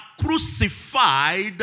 crucified